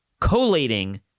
Collating